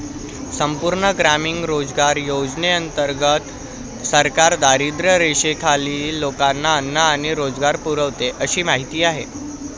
संपूर्ण ग्रामीण रोजगार योजनेंतर्गत सरकार दारिद्र्यरेषेखालील लोकांना अन्न आणि रोजगार पुरवते अशी माहिती आहे